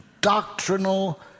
doctrinal